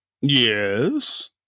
Yes